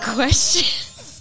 questions